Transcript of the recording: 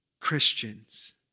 Christians